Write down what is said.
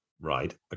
Right